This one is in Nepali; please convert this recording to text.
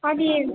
अनि